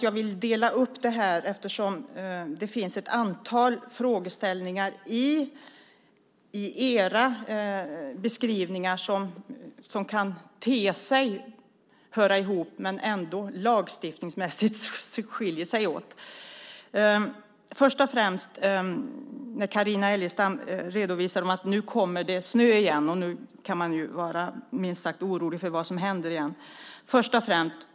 Jag vill dela upp det här, för det finns ett antal frågeställningar i era beskrivningar som kan verka höra ihop men som lagstiftningsmässigt ändå skiljer sig åt. Först och främst redovisar Carina Adolfsson Elgestam att det nu kommer snö igen, och man kan vara minst sagt orolig för vad som händer.